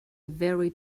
very